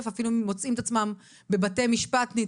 אפילו מוצאים את עצמם נתבעים בבתי משפט.